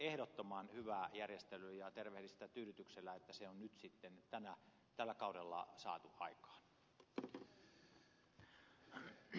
ehdottoman hyvä järjestely ja tervehdin sitä tyydytyksellä että se on nyt sitten tällä kaudella saatu aikaan